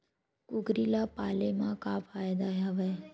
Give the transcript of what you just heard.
कुकरी ल पाले म का फ़ायदा हवय?